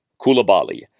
Kulabali